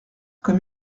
comme